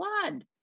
blood